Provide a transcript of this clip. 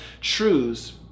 truths